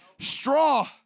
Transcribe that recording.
Straw